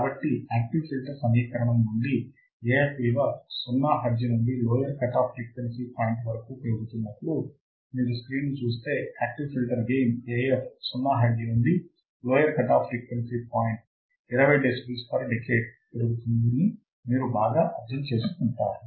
కాబట్టి active filter సమీకరణం నుండి Af విలువ 0 హెర్ట్జ్ నుండి లోయర్ కటాఫ్ ఫ్రీక్వెన్సీ పాయింట్ వరకు పెరుగుతున్నప్పుడు మీరు స్క్రీన్ను చూస్తే active filter gain Af 0 hertz నుండి lower cutoff frequency point 20 decibels per decade పెరుగుతుందని మీరు బాగా అర్థం చేసుకుంటారు